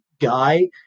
guy